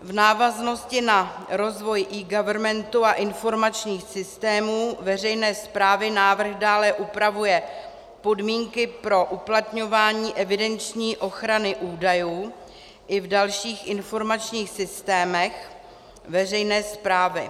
V návaznosti na rozvoj eGovernmentu a informačních systémů veřejné správy návrh dále upravuje podmínky pro uplatňování evidenční ochrany údajů i v dalších informačních systémech veřejné správy.